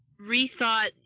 rethought